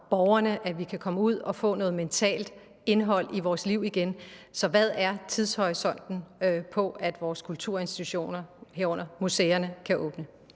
at vi kan komme ud og få noget mentalt indhold i vores liv igen, så hvad er tidshorisonten for, at vores kulturinstitutioner, herunder museerne, kan åbne?